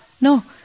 No